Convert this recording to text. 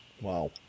Wow